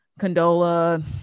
Condola